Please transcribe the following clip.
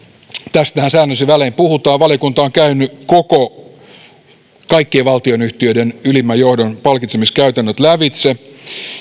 tästähän säännöllisin välein puhutaan valiokunta on käynyt kaikkien valtionyhtiöiden ylimmän johdon palkitsemiskäytännöt lävitse